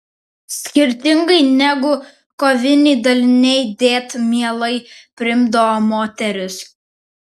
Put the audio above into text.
skirtingai negu koviniai daliniai dėt mielai priimdavo moteris